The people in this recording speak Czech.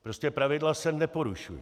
Prostě pravidla se neporušují.